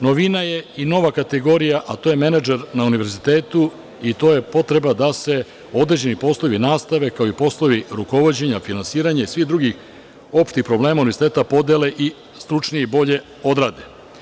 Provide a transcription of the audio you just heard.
Novina je i nova kategorija, a to je menadžer na univerzitetu i to je potreba da se određeni poslovi nastave, kao i poslovi rukovođenja, finansiranja i svih drugih opštih problema univerziteta podele i stručnije i bolje odrade.